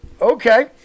Okay